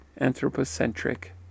anthropocentric